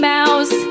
Mouse